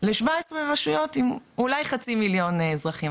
ל- 17 רשויות עם אולי חצי מיליון אזרחים,